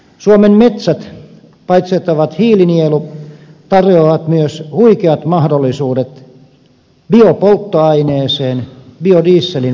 suomen metsät paitsi että ne ovat hiilinielu tarjoavat myös huikeat mahdollisuudet biopolttoaineeseen biodieselin muodossa